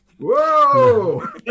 Whoa